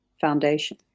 foundation